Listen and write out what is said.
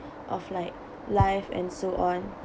of like life and so on